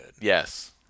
Yes